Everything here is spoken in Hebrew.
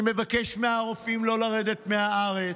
אני מבקש מהרופאים לא לרדת מהארץ,